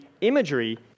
imagery